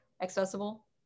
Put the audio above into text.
accessible